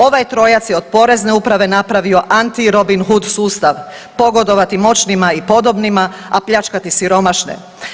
Ovaj trojac je od Porezne uprave napravio antirobinhud sustav, pogodovati moćnima i podobnima, a pljačkati siromašne.